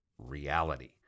reality